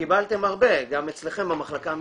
וקיבלתם הרבה, גם אצלכם במחלקה המשפטית,